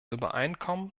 übereinkommen